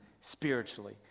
spiritually